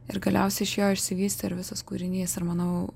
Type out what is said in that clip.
ir galiausiai iš jo išsivystė ir visas kūrinys ir manau